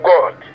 God